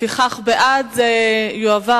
בעד, יועבר